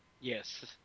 Yes